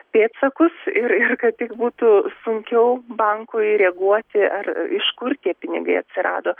pėdsakus ir ir kad tik būtų sunkiau bankui reaguoti ar iš kur tie pinigai atsirado